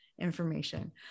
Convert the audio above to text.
information